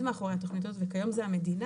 מאחורי התוכנית הזאת וכיום זה המדינה.